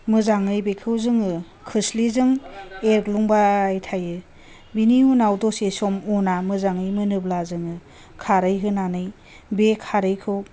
मोजाङै बेखौ जोङो खोस्लिजों एग्लुंबाय थायो बेनि उनाव दसे सम अना मोजाङै मोनोब्ला जोङो खारै होनानै बे खारैखौ